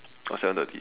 or seven thirty